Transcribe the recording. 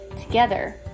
Together